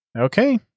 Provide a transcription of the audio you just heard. Okay